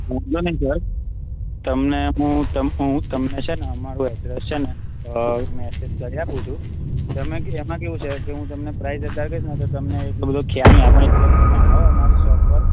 વાંધો નઈ સર તમને હું હું તમને છે ને અમારું અડ્રેસ છે ને મેસેજ કરી આપું છું એમાં એમાં કેવું છે કે હું તમને પ્રાઈસ અત્યારે કહીશ ને તો એટલો બધો ખ્યાલ નહીં આવે તમે એક વખત આવો અમારી સોપ પર